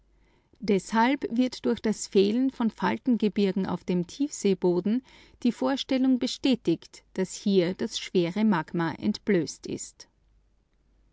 deshalb wird durch das fehlen von faltengebirgen auf dem tiefseeboden die vorstellung bestätigt daß hier die magmatische barysphäre entblößt ist